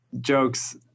jokes